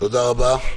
תודה רבה.